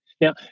Now